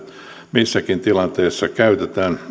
missäkin tilanteessa käytetään